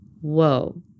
whoa